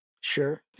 sure